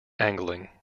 angling